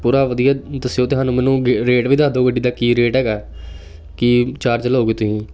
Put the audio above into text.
ਪੂਰਾ ਵਧੀਆ ਦੱਸਿਓ ਅਤੇ ਸਾਨੂੰ ਮੈਨੂੰ ਰੇਟ ਵੀ ਦੱਸ ਦਿਉ ਗੱਡੀ ਦਾ ਕੀ ਰੇਟ ਹੈਗਾ ਕੀ ਚਾਰਜ ਲਓਗੇ ਤੁਸੀਂ